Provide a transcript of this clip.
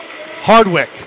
Hardwick